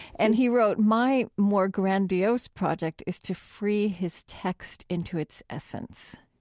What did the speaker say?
and he wrote, my more grandiose project is to free his text into its essence.